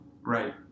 Right